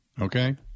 okay